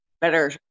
better